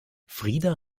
frida